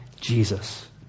Jesus